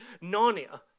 Narnia